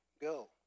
go